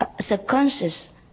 subconscious